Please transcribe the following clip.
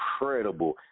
incredible